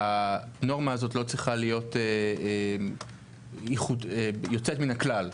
שהנורמה הזאת לא צריכה להיות יוצאת מן הכלל.